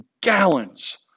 gallons